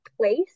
place